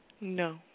No